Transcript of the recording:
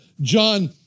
John